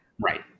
Right